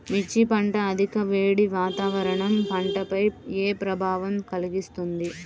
మిర్చి పంట అధిక వేడి వాతావరణం పంటపై ఏ ప్రభావం కలిగిస్తుంది?